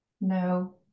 no